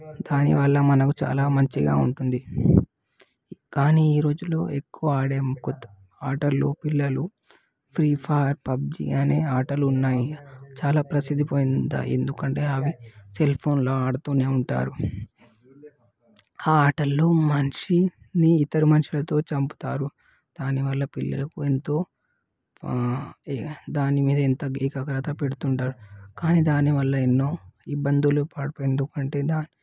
దానివల్ల మనకు చాలా మంచిగా ఉంటుంది కానీ ఈ రోజుల్లో ఎక్కువ కొత్త ఆడే ఆటలు పిల్లలు ఫ్రీఫైర్ పబ్జి అని ఆటలు ఉన్నాయి చాలా ప్రసిద్ధి పొందాయి ఎందుకంటే అవి సెల్ ఫోన్స్లో ఆడుతూనే ఉంటారు ఆ ఆటల్లో మనిషిని ఇతర మనుషులతో చంపుతారు దాని వల్ల పిల్లలకు ఎంతో దాని మీద ఎంతో ఏకాగ్రత పెడుతుంటారు కానీ దానివల్ల ఎన్నో ఇబ్బందులు ఎందుకంటే దాని